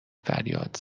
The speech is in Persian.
فریاد